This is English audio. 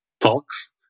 talks